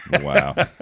wow